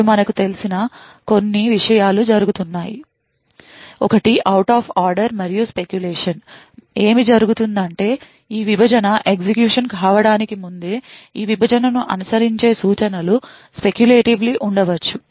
ఇప్పుడు మనకు తెలిసిన కొన్ని విషయాలు జరుగుతున్నాయి ఒకటి out of order మరియు speculation మరియు ఏమి జరుగుతుందంటే ఈ విభజన ఎగ్జిక్యూషన్ కావడానికి ముందే ఈ విభజనను అనుసరించే సూచనలు speculatively ఉండవచ్చు